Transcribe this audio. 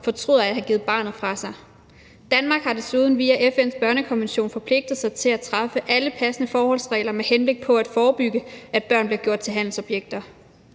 fortryder at have givet barnet fra sig. Danmark har desuden via FN's Børnekonvention forpligtet sig til at træffe alle passende forholdsregler med henblik på at forebygge, at børn bliver gjort til handelsobjekter.